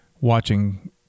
watching